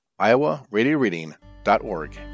iowaradioreading.org